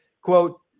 quote